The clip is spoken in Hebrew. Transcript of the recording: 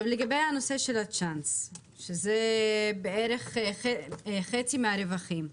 לגבי הנושא של הצ'אנס, שזה בערך חצי מהרווחים,